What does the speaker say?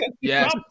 Yes